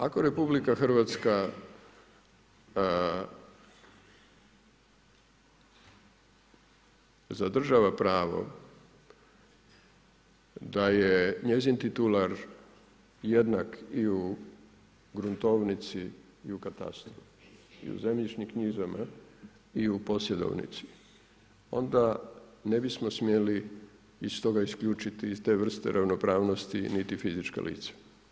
Ako RH zadržava pravo da je njezin titular jednak i u gruntovnici i u katastru i u zemljišnim knjigama i u posjedovnici, onda ne bismo smjeli iz toga isključiti iz te vrste ravnopravnosti niti fizičko lice.